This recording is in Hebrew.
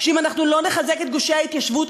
שאם אנחנו לא נחזק את גושי ההתיישבות,